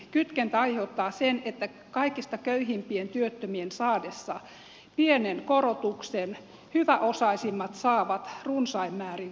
kytkentä aiheuttaa sen että kaikista köyhimpien työttömien saadessa pienen korotuksen hyväosaisimmat saavat runsain määrin korotuksia